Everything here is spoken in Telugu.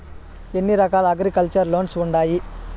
ఎన్ని రకాల అగ్రికల్చర్ లోన్స్ ఉండాయి